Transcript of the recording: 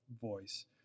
voice